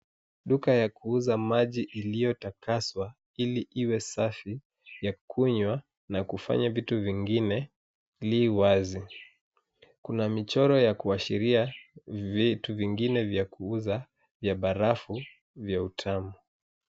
Duka la kuuza maji iliyotakazwa ili iwe safi ya kukunywa na kufanya vitu vingine, li wazi. Kuna michoro ya kuashiria vitu vingine vya kuuza vya barafu vya utamu.